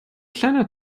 kleiner